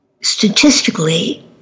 statistically